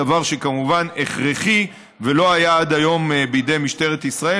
דבר שכמובן הכרחי ולא היה עד היום בידי משטרת ישראל.